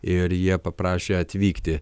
ir jie paprašė atvykti